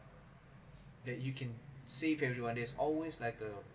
that you can save everyone there's always like uh